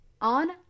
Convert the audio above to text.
on